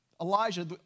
Elijah